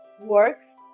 works